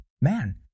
man